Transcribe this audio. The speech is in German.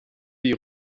die